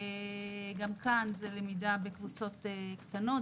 גם כאן זאת למידה בקבוצות קטנות.